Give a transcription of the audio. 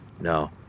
no